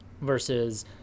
versus